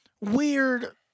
weird